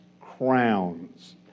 crowns